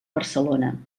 barcelona